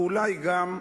ואולי גם,